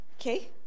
Okay